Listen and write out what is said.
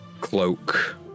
cloak